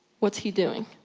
what's he doing?